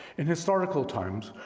in historical times,